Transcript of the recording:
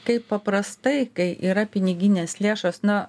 kaip paprastai kai yra piniginės lėšos na